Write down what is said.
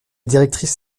directrice